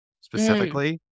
specifically